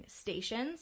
stations